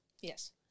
Yes